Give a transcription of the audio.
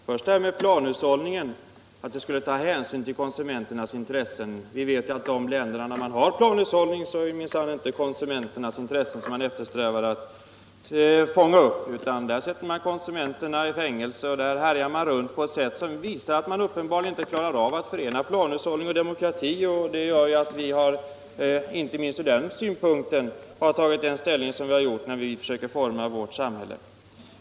Herr talman! Till att börja med: Det sägs att planhushållningen skulle ta hänsyn till konsumenternas intressen. Vi vet att det i de länder som har planhushållning minsann inte är konsumenternas intressen som man eftersträvar att fånga upp. Där sätter man konsumenterna i fängelse och där härjar man runt på ett sätt som visar att man uppenbarligen inte klarar att förena planhushållning och demokrati. Det gör att vi, inte minst ur den synpunkten, har tagit den ställning vi har gjort när vi försöker forma vårt samhälle.